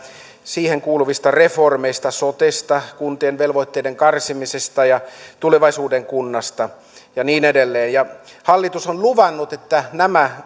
niihin kuuluvista reformeista sotesta kuntien velvoitteiden karsimisesta ja tulevaisuuden kunnasta ja niin edelleen ja hallitus on luvannut että nämä